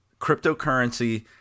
Cryptocurrency